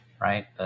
right